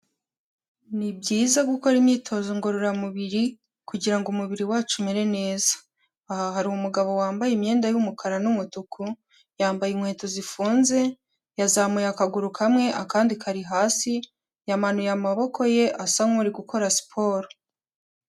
Ni byiza gukora imyitozo ngororamubiri kugira ngo umubiri wacu umere neza, aha hari umugabo wambaye imyenda y'umukara n'umutuku, yambaye inkweto zifunze, yazamuye akaguru kamwe akandi kari hasi, yamanuye amaboko ye asa nk'uri gukora siporo.